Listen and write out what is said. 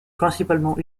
principalement